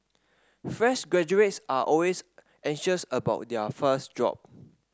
fresh graduates are always anxious about their first job